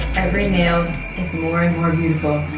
every nail is more and more beautiful